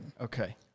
Okay